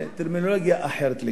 בטרמינולוגיה אחרת לגמרי.